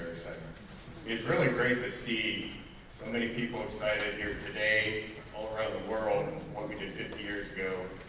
exciting. it's really great to see so many people excited here today, all around the world what we did fifty years ago.